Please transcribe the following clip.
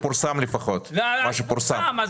זה מה שלפחות פורסם.